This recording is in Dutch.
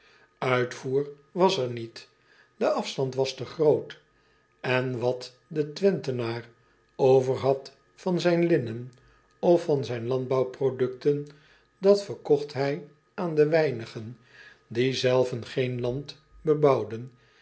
itvoer was er niet e afstand was te groot en wat de wenthenaar over had van zijn linnen of van zijn landbouwproducten dat verkocht hij aan de weinigen die zelven geen land bebouwden